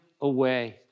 away